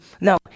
no